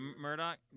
Murdoch